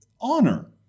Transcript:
honor